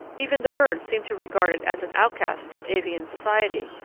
even the birds seem to regard it as an outcast from avian society,